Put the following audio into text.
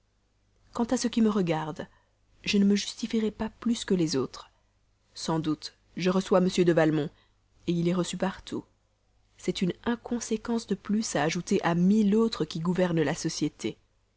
quant à ce qui me regarde je ne me justifierai pas plus que les autres sans doute je reçois m de valmont il est reçu partout c'est une inconséquence de plus à ajouter à mille autres qui gouvernent la société